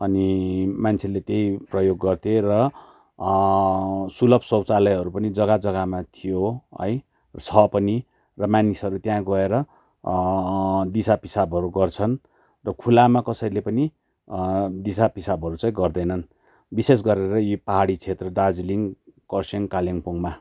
अनि मान्छेले त्यही प्रयोग गर्थे र सुलभ सौचालयहरू पनि जग्गा जग्गामा थियो है छ पनि र मानिसहरू त्यहाँ गएर दिसा पिसाबहरू गर्छन् र खुल्लामा कसैले पनि दिसा पिसाबहरू चाहिँ गर्दैनन् विशेष गरेर यी पाहाडी क्षेत्र दार्जिलिङ खरसाङ र कालिम्पोङमा